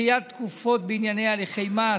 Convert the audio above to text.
(דחיית תקופות בענייני הליכי מס),